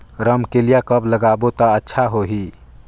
रमकेलिया कब लगाबो ता अच्छा होही?